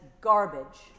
garbage